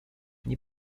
nie